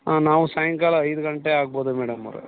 ಹಾಂ ನಾವು ಸಾಯಂಕಾಲ ಐದು ಗಂಟೆ ಆಗ್ಬೌದು ಮೇಡಮ್ ಅವರೇ